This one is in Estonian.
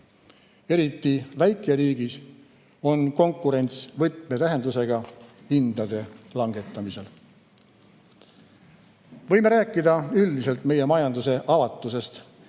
Eriti väikeriigis on konkurents võtmetähtsusega hindade langetamisel. Võime rääkida üldiselt meie majanduse avatusest,